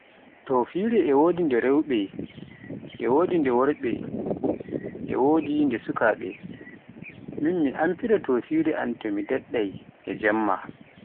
Toffire, e wodi ɗe rewɓe e worɓe, e wodi ɗe sukaaɓe, min mi amfirre toffire an to mi daɗɗai e jemma.